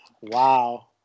Wow